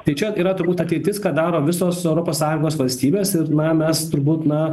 tai čia yra turbūt ateitis ką daro visos europos sąjungos valstybės ir na mes turbūt na